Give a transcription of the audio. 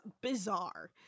bizarre